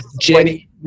Jenny